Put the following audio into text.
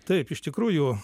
taip iš tikrųjų